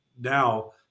now